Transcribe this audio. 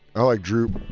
i like droop.